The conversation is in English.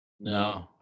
No